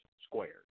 squared